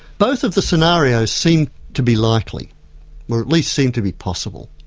both of the scenarios seemed to be likely or at least seemed to be possible.